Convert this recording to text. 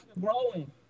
growing